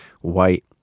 white